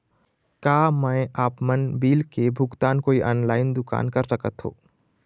का मैं आपमन बिल के भुगतान कोई ऑनलाइन दुकान कर सकथों?